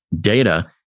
data